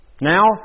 Now